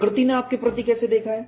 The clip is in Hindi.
प्रकृति ने आपके प्रति कैसे देखा है